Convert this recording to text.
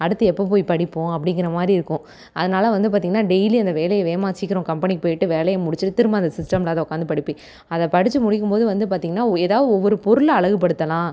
அடுத்து எப்போ போய் படிப்போம் அப்படிங்கிற மாதிரி இருக்கும் அதனால் வந்து பார்த்தீங்கன்னா டெய்லி அந்த வேலையை வேகமாக சீக்கிரம் கம்பெனிக்கு போயிட்டு வேலையை முடிச்சுட்டு திரும்ப அந்த சிஸ்டமில் அதை உட்காந்து படிப்பேன் அதை படிச்சு முடிக்கும் போது வந்து பார்த்தீங்கன்னா ஒ எதா ஒவ்வொரு பொருளை அழகுப்படுத்தலாம்